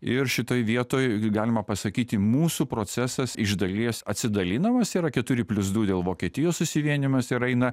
ir šitoj vietoj galima pasakyti mūsų procesas iš dalies atsidalinamas yra keturi plius du dėl vokietijos susivienijimas ir eina